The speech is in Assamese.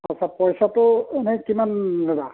আচ্ছা পইচাটো এনেই কিমান ল'বা